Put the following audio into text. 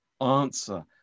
answer